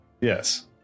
Yes